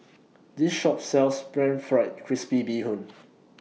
This Shop sells Pan Fried Crispy Bee Hoon